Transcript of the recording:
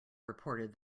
reported